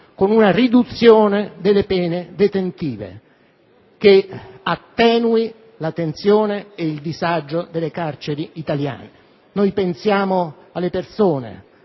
con una riduzione delle pene detentive, che attenui la tensione e il disagio delle carceri italiane. Pensiamo alle persone,